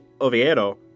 Oviedo